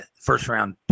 first-round